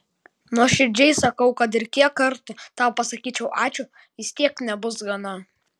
nuoširdžiai sakau kad ir kiek kartų tau pasakyčiau ačiū vis tiek nebus gana